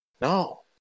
No